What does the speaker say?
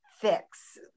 fix